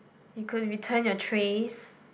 you could return your trays